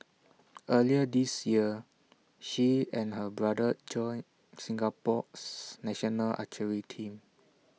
earlier this year she and her brother joined Singapore's national archery team